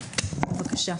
בבקשה.